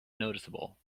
noticeable